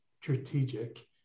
strategic